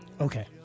Okay